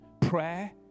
Prayer